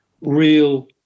real